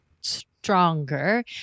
stronger